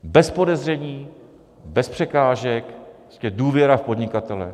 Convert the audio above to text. Bez podezření, bez překážek, prostě důvěra v podnikatele.